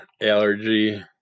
Allergy